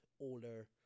older